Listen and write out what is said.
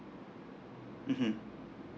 mmhmm